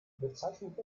bezeichnet